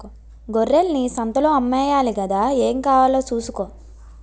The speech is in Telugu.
గొర్రెల్ని సంతలో అమ్మేయాలి గదా ఏం కావాలో సూసుకో